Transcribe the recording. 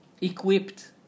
equipped